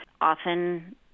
Often